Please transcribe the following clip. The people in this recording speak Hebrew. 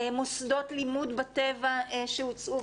מוסדות לימוד בטבע שהוצעו,